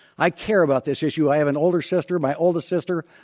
i care about this issue. i have an older sister my oldest sister,